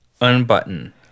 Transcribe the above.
unbutton